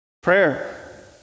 prayer